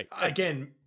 Again